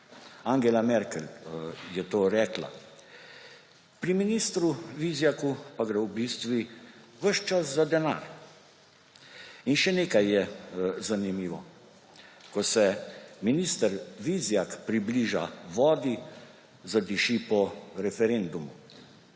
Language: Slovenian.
Angela Merkel je to rekla. Pri ministru Vizjaku pa gre ves čas za denar. In še nekaj je zanimivo − ko se minister Vizjak približa vodi, zadiši po referendumu.